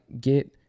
get